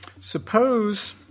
Suppose